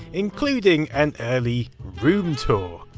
including an early room tour.